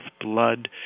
blood